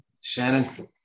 Shannon